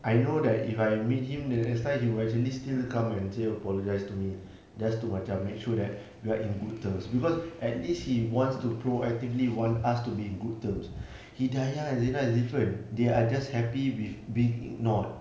I know that if I meet him the next time he will actually still come and say apologize to me just to macam make sure that we are in good terms because at least he wants to proactively want us to be in good terms hidayah and zina is different they are just happy with being ignored